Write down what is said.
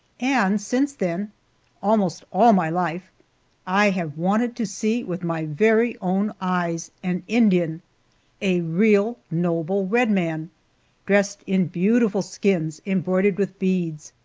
and since then almost all my life i have wanted to see with my very own eyes an indian a real noble red man dressed in beautiful skins embroidered with beads,